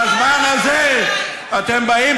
בזמן הזה אתם באים,